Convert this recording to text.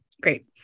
great